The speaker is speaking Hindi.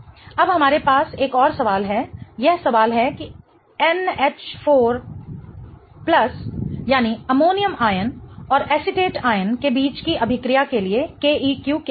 4 अब हमारे पास एक और सवाल है यह सवाल है कि NH4 यानी अमोनियम आयन और एसीटेट आयन के बीच की अभिक्रिया के लिए Keq क्या है